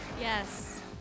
Yes